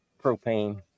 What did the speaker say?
propane